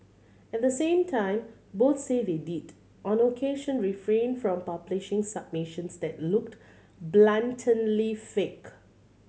at the same time both say they did on occasion refrain from publishing submissions that looked blatantly fake